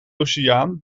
oceaan